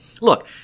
Look